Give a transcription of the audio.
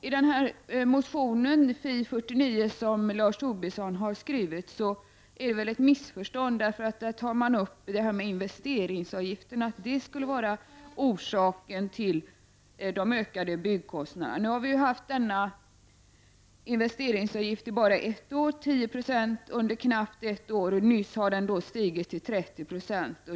I motion Fi49, som Lars Tobisson har skrivit, är det väl ett missförstånd, för där sägs att investeringsavgiften skulle vara orsak till de ökade byggkostnaderna. Investeringsavgiften har funnits i bara ett år — den var 10 96 under knappt ett år och har nu stigit till 30 90.